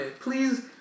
Please